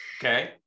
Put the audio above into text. Okay